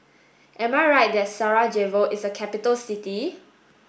am I right that Sarajevo is a capital city